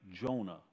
Jonah